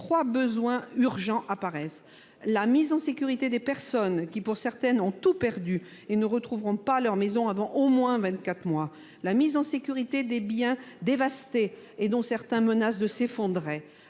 Trois besoins urgents sont apparus : la mise en sécurité des personnes, dont certaines ont tout perdu et ne retrouveront pas leur maison avant au moins vingt-quatre mois ; la mise en sécurité des biens dévastés, dont certains menacent de s'effondrer